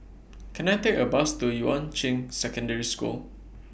Can I Take A Bus to Yuan Ching Secondary School